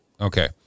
Okay